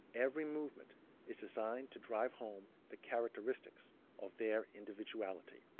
every movement is designed to drive home the characteristics of their individuality.